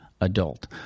adult